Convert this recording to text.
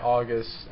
August